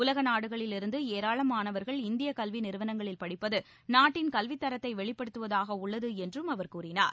உலக நாடுகளிலிருந்து ஏராளமானவா்கள் இந்திய கல்வி நிறுவனங்களில் படிப்பது நாட்டின் கல்வித்தரத்தை வெளிப்படுத்துவதாக உள்ளது என்றும் அவர் கூறினார்